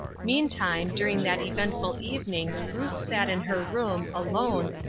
meantime, during that eventful evening ruth sat in her room, alone,